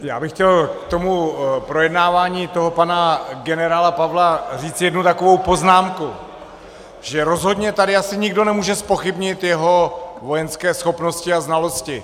Já bych chtěl k projednávání pana generála Pavla říci jednu poznámku, že rozhodně tady asi nikdo nemůže zpochybnit jeho vojenské schopnosti a znalosti.